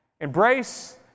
Embrace